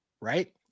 right